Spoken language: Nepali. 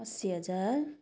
असी हजार